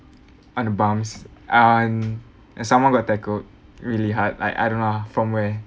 on the bumps on and someone got tackled really hard like I don't know from where